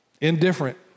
indifferent